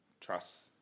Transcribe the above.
trust